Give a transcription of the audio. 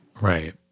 Right